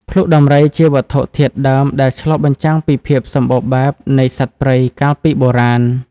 ភ្លុកដំរីជាវត្ថុធាតុដើមដែលឆ្លុះបញ្ចាំងពីភាពសម្បូរបែបនៃសត្វព្រៃកាលពីបុរាណ។